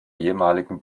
ehemaligen